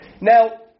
Now